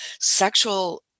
sexual